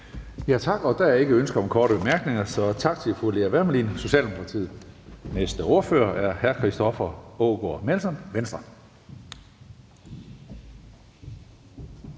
Tak. Der er ikke ønsker om flere korte bemærkninger. Tak til fru Birgitte Vind, Socialdemokratiet. Næste ordfører er hr. Christoffer Aagaard Melson, Venstre.